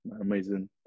amazing